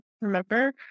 remember